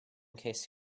case